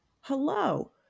Hello